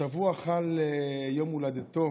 השבוע חל יום הולדתו